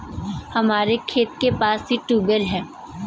हमारे खेत के पास ही ट्यूबवेल है